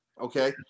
okay